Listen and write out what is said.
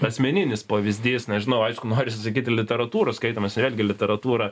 asmeninis pavyzdys nežinau aišku norisi sakyti literatūros skaitymas ir netgi literatūra